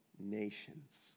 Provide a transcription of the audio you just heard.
nations